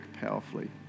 powerfully